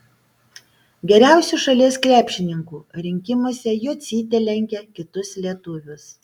geriausių šalies krepšininkų rinkimuose jocytė lenkia kitus lietuvius